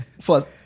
First